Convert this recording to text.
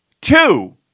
Two